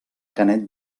canet